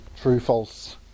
true-false